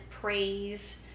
praise